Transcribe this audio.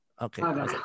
Okay